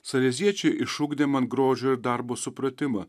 saleziečiai išugdė man grožio ir darbo supratimą